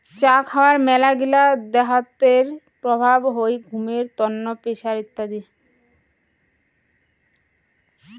চা খাওয়ার মেলাগিলা দেহাতের প্রভাব হই ঘুমের তন্ন, প্রেসার ইত্যাদি